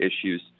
issues